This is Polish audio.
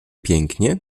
pięknie